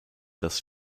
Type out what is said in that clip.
dass